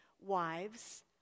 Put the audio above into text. wives